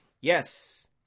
Yes